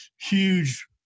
huge